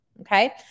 Okay